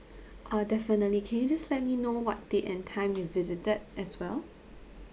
uh definitely can you just let me know what date and time you visited as well